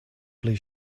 blue